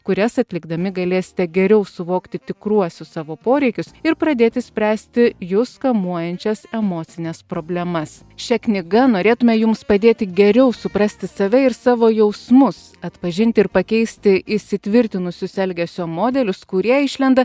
kurias atlikdami galėsite geriau suvokti tikruosius savo poreikius ir pradėti spręsti jus kamuojančias emocines problemas šia knyga norėtume jums padėti geriau suprasti save ir savo jausmus atpažinti ir pakeisti įsitvirtinusius elgesio modelius kurie išlenda